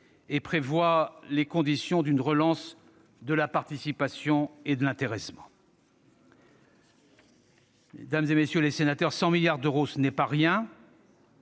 et prévoie les conditions d'une relance de la participation et de l'intéressement.